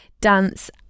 dance